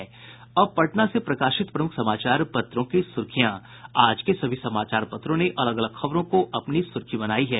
अब पटना से प्रकाशित प्रमुख समाचार पत्रों की सुर्खियां आज के सभी समाचार पत्रों ने अलग अलग खबरों को अपनी सुर्खी बनायी है